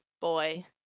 boy